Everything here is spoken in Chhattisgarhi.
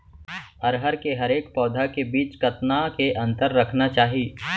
अरहर के हरेक पौधा के बीच कतना के अंतर रखना चाही?